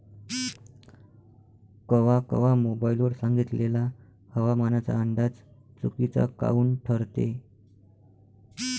कवा कवा मोबाईल वर सांगितलेला हवामानाचा अंदाज चुकीचा काऊन ठरते?